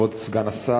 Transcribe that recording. כבוד סגן השר,